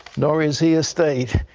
nor is he a state.